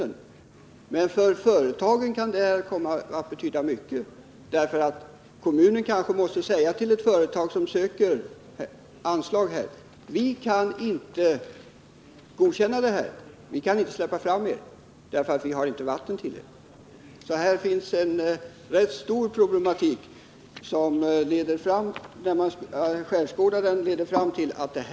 Men även för företagen kan detta komma att betyda mycket, eftersom kommunen kanske måste säga nej till ett företag som söker anslag då det inte finns tillräckligt med vatten. När man skärskådar denna problematik, finner man att arbetet måste göras. Tanums kommun har dock inte pengar till detta arbete.